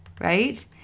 right